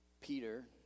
Peter